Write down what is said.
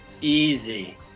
Easy